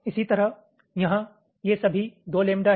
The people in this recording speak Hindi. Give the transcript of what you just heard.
इसी तरह यहाँ ये सभी दो लैम्बडा हैं